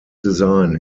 design